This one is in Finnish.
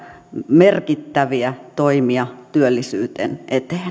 merkittäviä toimia työllisyyden eteen